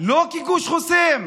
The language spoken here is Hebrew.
לא כגוש חוסם,